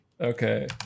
Okay